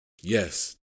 yes